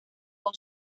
con